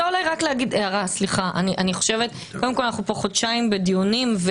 אנחנו פה חודשיים בדיונים,